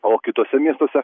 o kituose miestuose